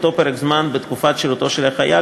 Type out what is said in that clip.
אותו פרק זמן בתקופת שירותו של החייל